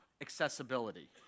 accessibility